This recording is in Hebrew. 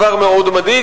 דבר מאוד מדאיג,